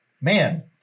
man